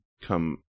come